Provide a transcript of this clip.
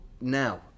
now